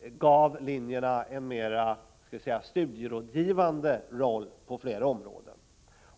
vilket gavs en mera studierådgivande roll på flera områden.